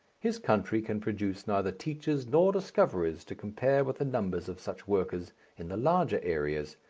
his country can produce neither teachers nor discoverers to compare with the numbers of such workers in the larger areas,